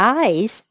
eyes